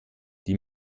die